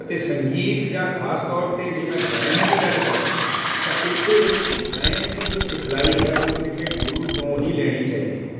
ਅਤੇ ਸੰਗੀਤ ਜਾਂ ਖਾਸ ਤੌਰ 'ਤੇ ਜੇ ਮੈਂ ਗਾਇਣ ਦੀ ਗੱਲ ਕਰਾਂ ਤਾਂ ਉਸਦੇ ਲਈ ਗਾਇਣ ਦੀ ਜੋ ਸਿਖਲਾਈ ਹੈ ਉਹ ਕਿਸੇ ਗੁਰੂ ਤੋਂ ਹੀ ਲੈਣੀ ਚਾਹੀਦੀ ਹੈ